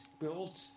built